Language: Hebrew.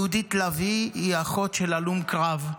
יהודית לביא היא אחות של הלום קרב,